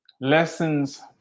lessons